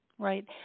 Right